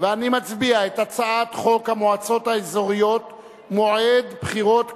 ואני מצביע את הצעת חוק המועצות האזוריות (מועד בחירות כלליות)